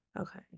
okay